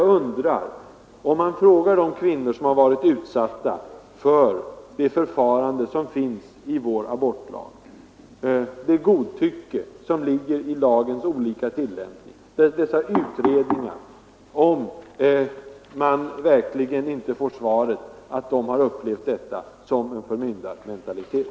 Men om man frågar de kvinnor som varit utsatta för det förfarande som vår abortlagstiftning föreskriver — det godtycke som ligger i lagens tillämpning och dessa utredningar — hur de upplevt detta, undrar jag om man inte får svaret att många har upplevt det som en förmyndarmentalitet.